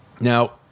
Now